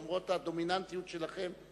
למרות הדומיננטיות שלכם,